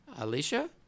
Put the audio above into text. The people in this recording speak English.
Alicia